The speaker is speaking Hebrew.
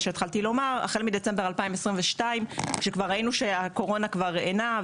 שהתחלתי קודם לומר - כשכבר ראינו שהקורונה איננה,